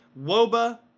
WOBA